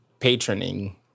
patroning